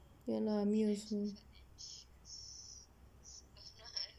ya lah me also